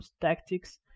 tactics